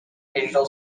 digital